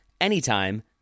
anytime